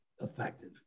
effective